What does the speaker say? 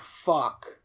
fuck